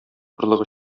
орлыгы